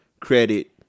credit